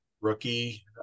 rookie